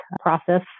process